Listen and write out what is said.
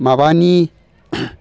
माबानि